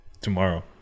Tomorrow